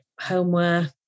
homeware